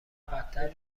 بدتر